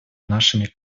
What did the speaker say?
нашими